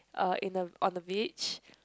uh in a on a beach